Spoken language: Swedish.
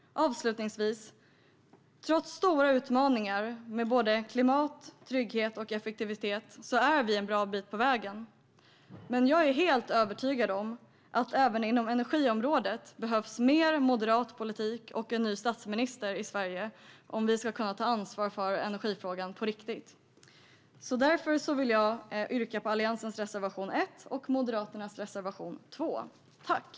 Trots stora utmaningar gällande klimat, trygghet och effektivitet är vi en bra bit på vägen. Men jag är helt övertygad om att det även inom energiområdet behövs mer moderat politik. Det behövs en ny statsminister i Sverige om vi ska kunna ta ansvar för energifrågan på riktigt. Därför vill jag yrka bifall till Alliansens reservation nr 1 och Moderaternas reservation nr 2.